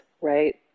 right